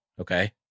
okay